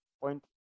Point